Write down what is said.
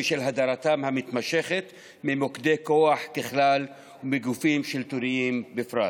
בשל הדרתם המתמשכת ממוקדי כוח בכלל ומגופים שלטוניים בפרט.